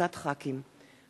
דב חנין,